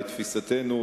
לתפיסתנו,